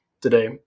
today